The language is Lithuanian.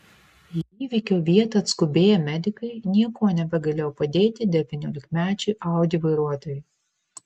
į įvykio vietą atskubėję medikai niekuo nebegalėjo padėti devyniolikmečiui audi vairuotojui